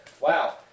wow